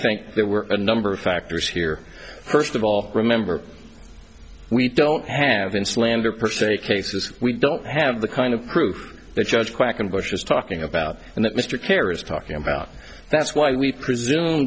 think there were a number of factors here first of all remember we don't have in slander per se cases we don't have the kind of proof that judge quackenbush is talking about and that mr perry is talking about that's why we presume